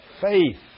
faith